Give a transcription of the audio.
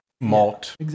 malt